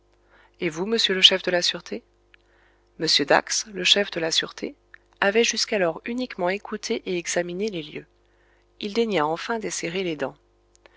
et vous monsieur le chef de la sûreté m dax le chef de la sûreté avait jusqu'alors uniquement écouté et examiné les lieux il daigna enfin desserrer les dents